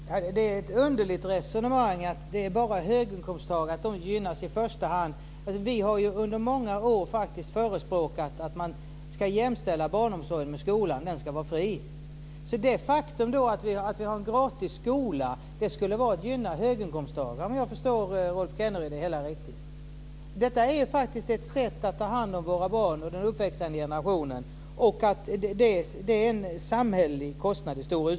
Fru talman! Det är ett underligt resonemang att det är höginkomsttagare som gynnas i första hand. Vi har under många år förespråkat att man ska jämställa barnomsorgen med skolan och att den ska vara fri. Det faktum att vi har gratis skola skulle alltså gynna höginkomsttagare, om jag förstår Rolf Kenneryd. Det är faktiskt ett sätt att ta hand om våra barn, den uppväxande generationen, och det är i stor utsträckning en samhällelig kostnad.